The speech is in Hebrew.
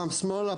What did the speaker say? פעם שמאלה,